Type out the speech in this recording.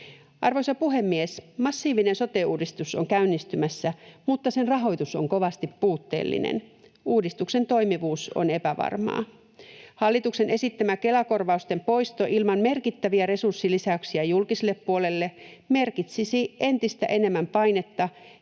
Arvoisa puhemies! Massiivinen sote-uudistus on käynnistymässä, mutta sen rahoitus on kovasti puutteellinen. Uudistuksen toimivuus on epävarmaa. Hallituksen esittämä Kela-korvausten poisto ilman merkittäviä resurssilisäyksiä julkiselle puolelle merkitsisi entistä enemmän painetta